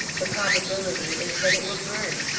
the probability is that it will burn,